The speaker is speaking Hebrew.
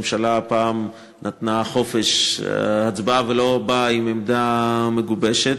הממשלה הפעם נתנה חופש הצבעה ולא באה עם עמדה מגובשת.